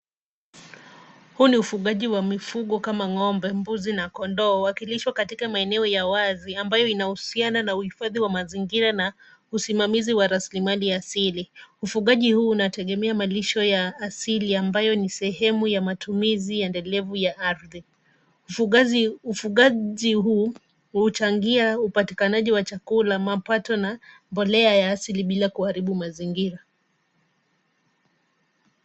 Huu ni ufugaji wa mifugo kama ng'ombe, mbuzi na kondoo wakilishwa katika maeneo ya wazi ambayo inahusiana na uhifadhi wa mazingira na usimamizi wa rasilimali asili. Ufugaji huu unategemea malisho ya asili ambayo ni sehemu ya matumizi endelevu ya ardhi. Ufugaji huu huchangia upatikanaji wa chakula, mapato na mbolea ya asili bila kuharibu mazingira.